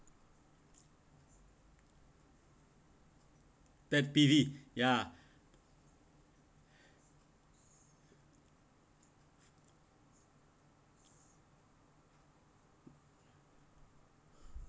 that P_D ya